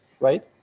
right